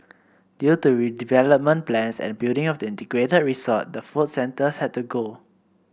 due to redevelopment plans and building of the integrated resort the food centres had to go